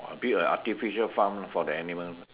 !wah! build a artificial farm for the animal